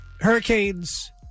Hurricanes